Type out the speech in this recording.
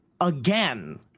again